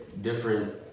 different